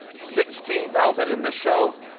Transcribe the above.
sixteen thousand in this show,